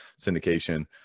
syndication